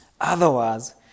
Otherwise